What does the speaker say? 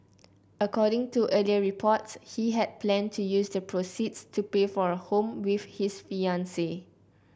according to earlier reports he had planned to use the proceeds to pay for a home with his fiancee